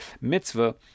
mitzvah